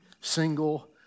single